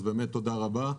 אז באמת, תודה רבה.